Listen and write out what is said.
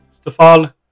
Stefan